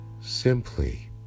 Simply